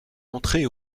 entrée